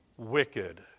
wicked